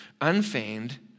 Unfeigned